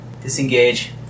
Disengage